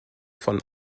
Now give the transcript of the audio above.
von